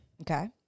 Okay